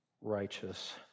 righteous